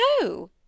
No